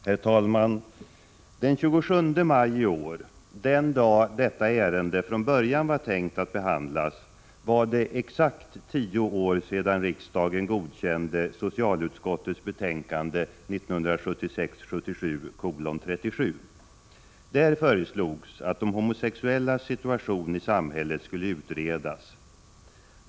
Herr talman! Den 27 maj i år, den dag då detta ärende från början var tänkt att behandlas, var det exakt tio år sedan riksdagen godkände socialutskottets betänkande 1976/77:37. Där föreslogs att de homosexuellas situation i samhället skulle utredas.